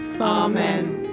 Amen